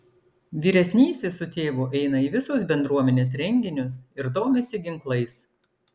vyresnysis su tėvu eina į visus bendruomenės renginius ir domisi ginklais